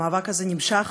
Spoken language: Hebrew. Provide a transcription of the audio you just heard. המאבק הזה נמשך